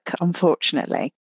unfortunately